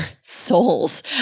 souls